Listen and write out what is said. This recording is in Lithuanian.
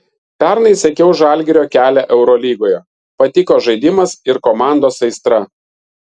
pernai sekiau žalgirio kelią eurolygoje patiko žaidimas ir komandos aistra